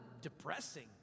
depressing